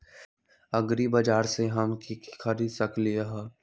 एग्रीबाजार से हम की की खरीद सकलियै ह?